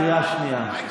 קריאה שנייה.